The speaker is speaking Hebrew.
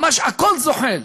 ממש הכול זוחל.